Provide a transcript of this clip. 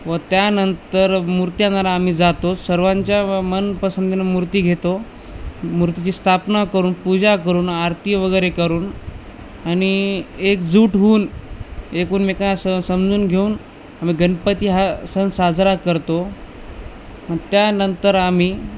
व त्यानंतर मूर्त्या आणायला आम्ही जातो सर्वांच्या मनपसंतीनं मूर्ती घेतो मूर्तीची स्थापना करून पूजा करून आरतीवगैरे करून आणि एकजूट होऊन एकमेकांना स समजून घेऊन आम्ही गणपती हा सण साजरा करतो त्यानंतर आम्ही